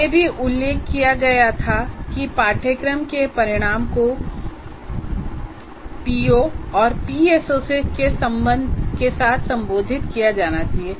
यह भी उल्लेख किया गया था कि पाठ्यक्रम के परिणाम को पीओ और पीएसओ के साथ संबोधित किया जाना चाहिए